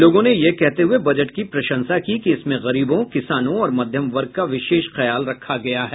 लोगों ने यह कहते हुए बजट की प्रशंसा की कि इसमें गरीबों किसानों और मध्यम वर्ग का विशेष ख्याल रखा गया है